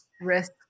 risk